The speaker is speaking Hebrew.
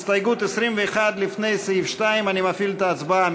הסתייגות 21 לפני סעיף 2, אני מפעיל את ההצבעה.